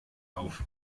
auf